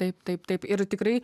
taip taip taip ir tikrai